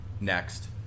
Next